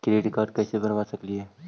Credit card कैसे बनबा सकली हे?